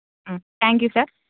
thank you sir